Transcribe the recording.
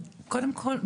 קודם כול,